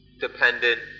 dependent